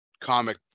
comic